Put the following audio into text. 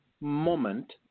moment